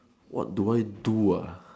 what do I do ah